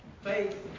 faith